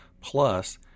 plus